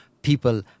People